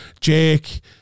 Jake